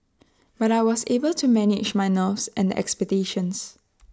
but I was able to manage my nerves and the expectations